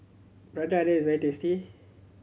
Prata Onion is very tasty